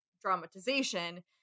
dramatization